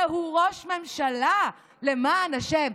זהו ראש ממשלה, למען השם.